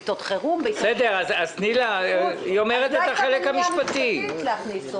מה הייתה המניעה המשפטית להכניס עוד?